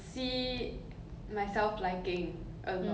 ya I think I think 很好 eh then I see her